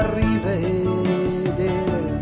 rivedere